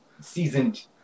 seasoned